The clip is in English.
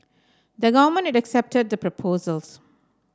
the Government had accepted the proposals